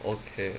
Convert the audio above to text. okay